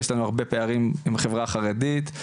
יש לנו הרבה פערים בחברה החרדית,